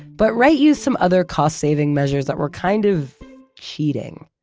but wright used some other cost-saving measures that were kind of cheating.